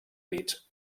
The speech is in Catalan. bits